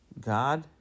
God